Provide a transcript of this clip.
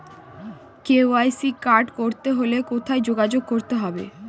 KCC card করতে হলে কোথায় যোগাযোগ করতে হবে?